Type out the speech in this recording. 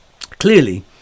Clearly